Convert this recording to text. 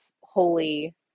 holy